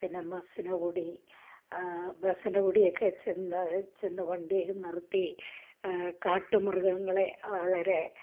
പിന്നെ മസിനഗുഡി ആ മസിനഗുഡി ഒക്കെ ചെന്ന് ചെന്ന് വണ്ടിയെ നിർത്തി കാട്ടു മൃഗങ്ങളെ വളരെ